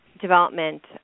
development